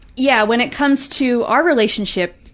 yeah, when it comes to our relationship,